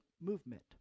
movement